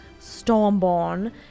Stormborn